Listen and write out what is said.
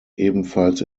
ebenfalls